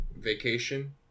Vacation